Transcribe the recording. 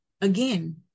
again